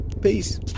Peace